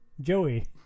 Joey